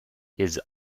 his